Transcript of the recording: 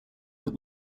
that